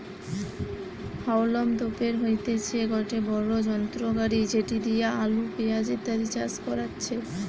হাউলম তোপের হইতেছে গটে বড়ো যন্ত্র গাড়ি যেটি দিয়া আলু, পেঁয়াজ ইত্যাদি চাষ করাচ্ছে